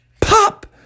Pop